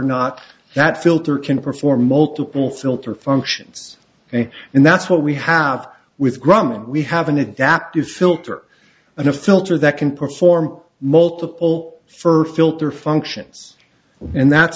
not that filter can perform multiple filter functions and and that's what we have with grumman we have an adaptive filter and a filter that can perform multiple fir filter functions and that's